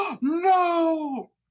No